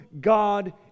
God